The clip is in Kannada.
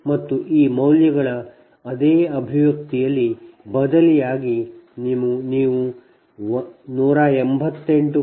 ಮತ್ತು ಈ ಮೌಲ್ಯಗಳ ಅದೇ ಅಭಿವ್ಯಕ್ತಿಯಲ್ಲಿ ಬದಲಿಯಾಗಿ ನೀವು 188